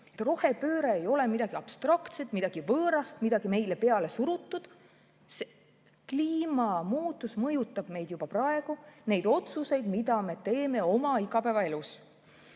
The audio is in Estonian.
rohepööre ei ole midagi abstraktset, midagi võõrast, midagi meile pealesurutut, vaid kliimamuutus mõjutab meid juba praegu, neid otsuseid, mida me teeme oma igapäevaelus.